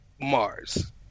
Mars